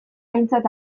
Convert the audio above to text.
aintzat